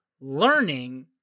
learning